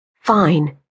Fine